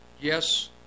Yes